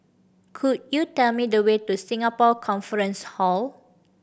could you tell me the way to Singapore Conference Hall